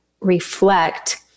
reflect